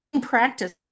practice